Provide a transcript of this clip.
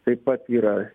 taip pat yra